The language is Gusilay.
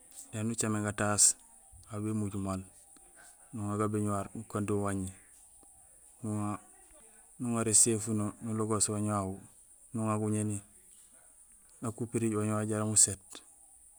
Éni ucaméén gataas, aw bé mojul maal nuŋa gabéñuwar nukando waañi, nuŋa éséfuno nulogoos waaŋ wawu, nuŋa guñéni nak upiriij waañ wawu jaraam uséét.